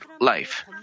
life